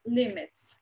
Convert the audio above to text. limits